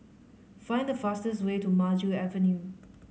find the fastest way to Maju Avenue